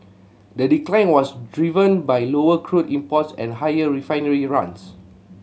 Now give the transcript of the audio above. the decline was driven by lower crude imports and higher refinery runs